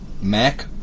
Mac